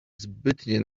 zbytnie